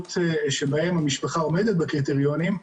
גדולות שבהם המשפחה עומדת בקריטריונים,